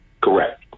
Correct